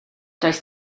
does